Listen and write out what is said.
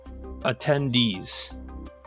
Attendees